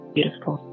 Beautiful